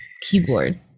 keyboard